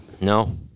No